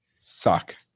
suck